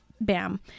Bam